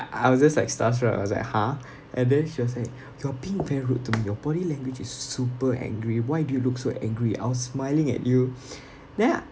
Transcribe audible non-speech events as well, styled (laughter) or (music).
I was just like starstrucked I was like !huh! and then she was saying you're being very rude to me your body language is s~ super angry why do you look so angry I was smiling at you (noise) then